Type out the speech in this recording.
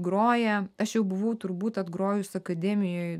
groję aš jau buvau turbūt atgrojus akademijoj